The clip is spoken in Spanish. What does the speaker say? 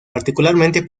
particularmente